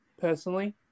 personally